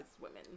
women